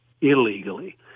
illegally